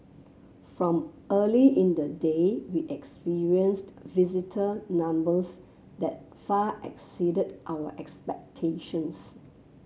from early in the day we experienced visitor numbers that far exceeded our expectations